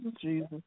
Jesus